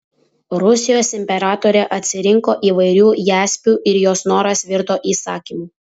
rusijos imperatorė atsirinko įvairių jaspių ir jos noras virto įsakymu